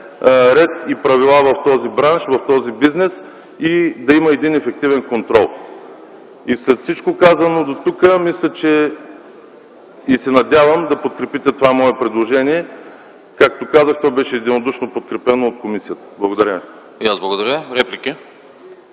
ред и правила в този бранш, в този бизнес и да има ефективен контрол. След всичко казано дотук се надявам да подкрепите това мое предложение. Както казах, то беше единодушно подкрепено от комисията. Благодаря